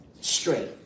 straight